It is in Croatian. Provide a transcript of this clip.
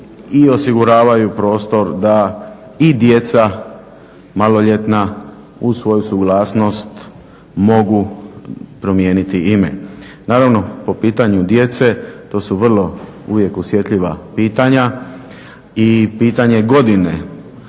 i osiguravaju prostor da i djeca maloljetna uz svoju suglasnost mogu promijeniti ime. Naravno, po pitanju djece to su vrlo uvijek osjetljiva pitanja, i pitanje godine,